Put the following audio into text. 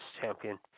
Champion